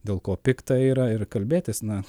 dėl ko pikta yra ir kalbėtis na